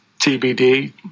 TBD